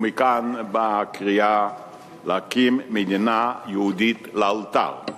ומכאן באה הקריאה להקים מדינה יהודית לאלתר.